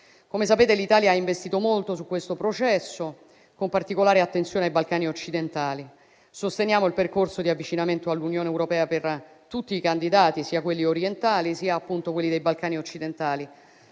Come sapete, l'Italia ha investito molto su questo processo, con particolare attenzione ai Balcani occidentali. Sosteniamo il percorso di avvicinamento all'Unione europea per tutti i candidati, sia quelli orientali sia quelli dei Balcani occidentali.